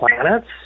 planets